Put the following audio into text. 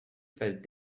felt